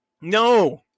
No